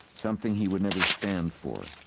something he would never stand for.